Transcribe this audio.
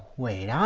wait,